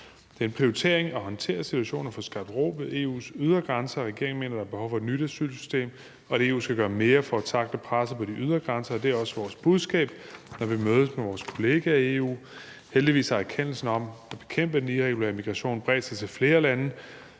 Det er en prioritering at håndtere situationen og få skabt ro ved EU's ydre grænser. Regeringen mener, der er behov for et nyt asylsystem, og at EU skal gøre mere for at tackle presset på de ydre grænser, og det er også vores budskab, når vi mødes med vores kollegaer i EU. Heldigvis har erkendelsen af, at det er nødvendigt at bekæmpe den irregulære migration, bredt sig til flere lande.